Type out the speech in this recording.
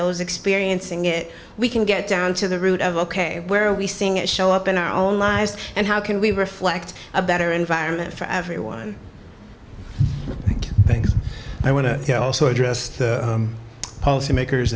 those experiencing it we can get down to the root of ok where are we seeing it show up in our own lives and how can we reflect a better environment for everyone i think things i want to also address policymakers